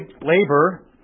labor